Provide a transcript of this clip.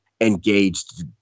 engaged